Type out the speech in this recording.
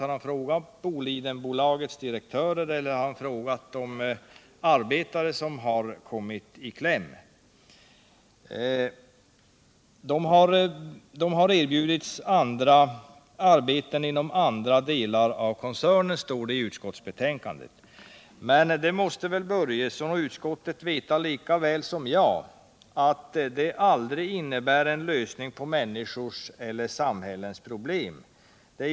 Har han frågat Bolidenbolagets direktörer, eller har han frågat de arbetare som har kommit i kläm? Dessa har erbjudits arbeten inom andra delar av koncernen, står det i utskottsbetänkandet. Men Fritz Börjesson och utskottets övriga ledamöter måste väl veta lika bra som jag att detta aldrig innebär en lösning på människors och samhällens problem.